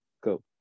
go